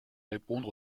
répondre